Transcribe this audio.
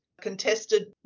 contested